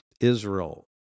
Israel